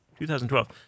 2012